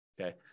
Okay